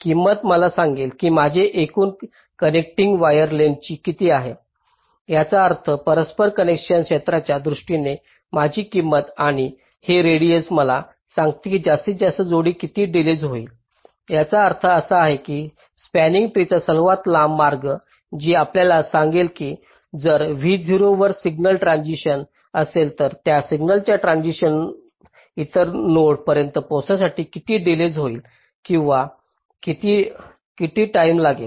किंमत मला सांगेल की माझे एकूण कनेक्टिंग वायर लेंग्थस किती असेल याचा अर्थ परस्पर कनेक्शन क्षेत्राच्या दृष्टीने माझी किंमत आणि हे रेडिएस मला सांगते की जास्तीत जास्त जोडी किती डिलेज होईल याचा अर्थ असा की या स्पंनिंग ट्रीचा सर्वात लांब मार्ग जी आपल्याला सांगेल की जर v0 वर सिग्नल ट्रान्सिशन असेल तर त्या सिग्नलच्या ट्रान्सिशन्स इतर नोड पर्यंत पोहोचण्यासाठी किती डिलेज होईल किंवा किती टाईम लागेल